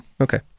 Okay